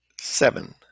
seven